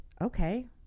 okay